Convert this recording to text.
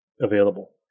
available